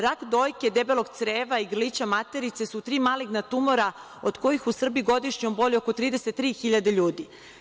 Rak dojke, debelog creva i grlića materice su tri maligna tumora, od kojih u Srbiji godišnje oboli oko 33 hiljade ljudi.